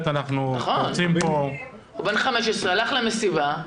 הוא בן 15, הלך למסיבה.